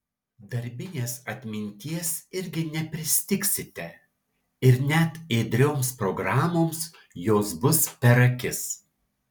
darbinės atminties irgi nepristigsite ir net ėdrioms programoms jos bus per akis